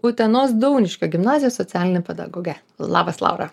utenos dauniškio gimnazijos socialine pedagoge labas laura